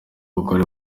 bagore